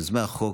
יוזם החוק,